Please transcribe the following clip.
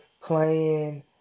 playing